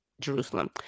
Jerusalem